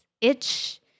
itch